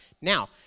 Now